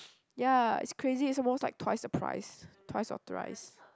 ya it's crazy some more is like twice the price twice or thrice